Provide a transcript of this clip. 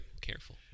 Careful